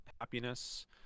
happiness